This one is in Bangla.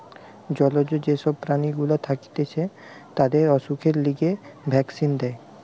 জলজ যে সব প্রাণী গুলা থাকতিছে তাদের অসুখের লিগে ভ্যাক্সিন দেয়